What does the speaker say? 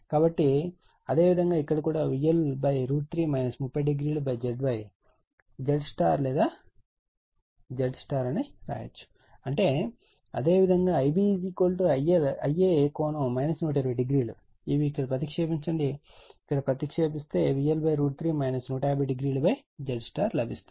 కాబట్టి అదేవిధంగా ఇక్కడ కూడాVL3∠ 300ZY Z లేదా ZY అని రాయండి అంటే అదేవిధంగా Ib Ia ∠ 1200 ఇవి ఇక్కడ ప్రతిక్షేపించండి ఇక్కడ ప్రతిక్షేపించగా VL3∠ 1500ZY లభిస్తుంది